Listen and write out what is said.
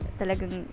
talagang